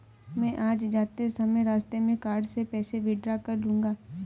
मैं आज जाते समय रास्ते में कार्ड से पैसे विड्रा कर लूंगा